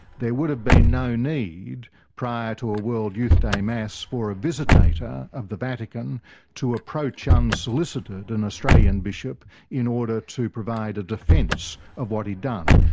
there would have been no need prior to a world youth day mass for a visitator of the vatican to approach unsolicited an australian bishop in order to provide a defence of what he'd done.